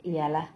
ya lah